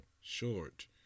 short